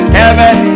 heaven